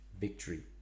victory